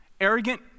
Arrogant